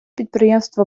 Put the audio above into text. підприємства